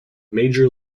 major